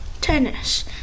Tennis